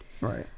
Right